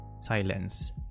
Silence